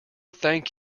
thank